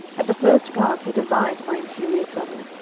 at the first glance he divined my interior trouble,